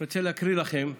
אני רוצה להקריא לכם קצת.